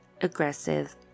aggressive